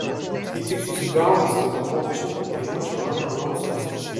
kai tik susigaudys kad buvau čia feličė man nuraus ausis